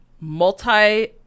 multi